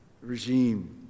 regime